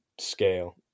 Scale